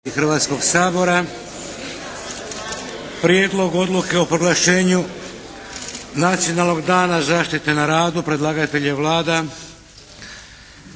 Hrvatskog sabora. - Prijedlog odluke o proglašenju "Nacionalnog dana zaštite na radu" Predlagatelj je Vlada.